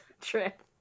trip